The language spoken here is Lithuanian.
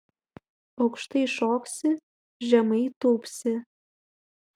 aukštai šoksi žemai tūpsi